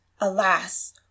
alas